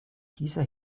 dieser